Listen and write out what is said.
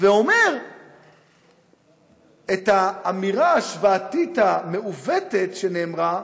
ואומר את האמירה ההשוואתית המעוותת שנאמרה,